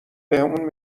بهمون